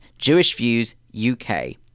jewishviewsuk